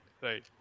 right